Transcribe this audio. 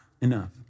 enough